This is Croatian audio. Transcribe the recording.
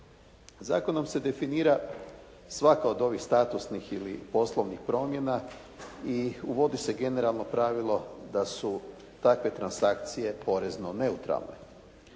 Zakonom se definira svaka od ovih statusnih ili poslovnih promjena i uvodi se generalno pravilo da su takve transakcije porezno neutralne.